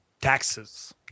Taxes